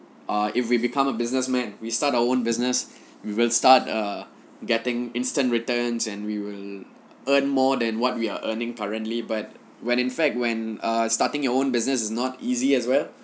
ah if we become a businessman we start our own business we will start err getting instant returns and we will earn more than what we are earning currently but when in fact when err starting your own business is not easy as well